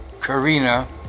Karina